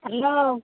hello